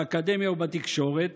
באקדמיה ובתקשורת